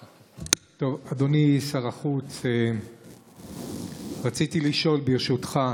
אדוני שר החוץ, רציתי לשאול, ברשותך,